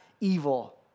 evil